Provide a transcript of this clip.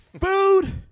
Food